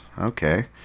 Okay